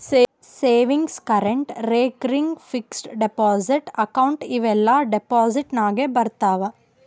savings, current, recurring, fixed deposit account ಇವೂ ಎಲ್ಲಾ deposit ನಾಗೆ ಬರ್ತಾವ್